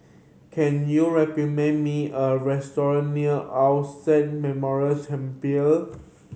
can you recommend me a restaurant near All Saint Memorial Chapel